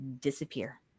disappear